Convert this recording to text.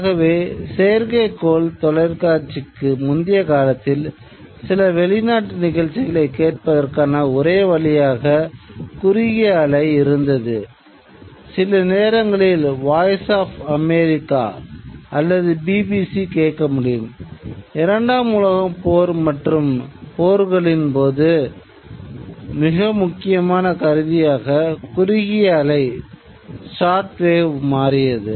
ஆகவே செயற்கைக்கோள் தொலைக்காட்சிக்கு முந்தைய காலத்தில் சில வெளிநாட்டு நிகழ்ச்சிகளைக் கேட்பதற்கான ஒரே வழியாக குறுகிய அலை மாறியது